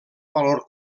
valor